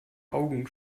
augen